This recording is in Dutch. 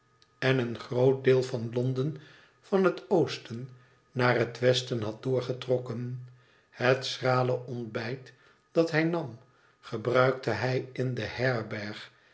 en een groot deel van londen van het oosten naar het westen had doorgetrokken het schrale ontbijt dat hij nam gebruikte hij in de herberg